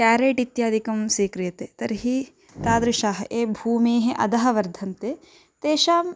carrot इत्यादिकं स्वीक्रियते तर्हि तादृशाः ये भूमेः अधः वर्धन्ते तेषां